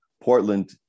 portland